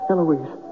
Eloise